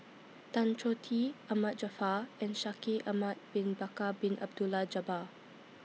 Tan Choh Tee Ahmad Jaafar and Shaikh Ahmad Bin Bakar Bin Abdullah Jabbar